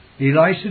Elisha